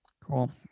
cool